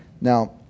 Now